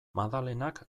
madalenak